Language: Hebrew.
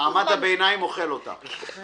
מעמד הביניים אוכל אותה ...